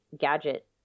gadget